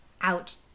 out